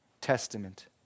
Testament